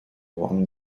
won